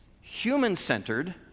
human-centered